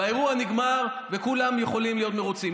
והאירוע נגמר וכולם יכולים להיות מרוצים.